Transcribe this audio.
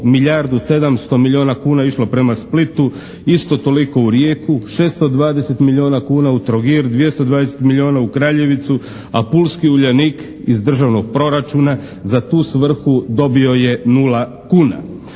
milijardu 700 milijuna kuna je išlo prema Splitu, isto toliko u Rijeku, 620 milijuna kuna u Trogir, 220 milijuna u Kraljevicu, a pulski Uljanik iz državnog proračuna u tu svrhu dobio je 0 kuna.